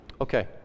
Okay